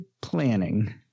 planning